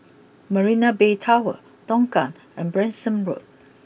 Marina Bay Tower Tongkang and Branksome Road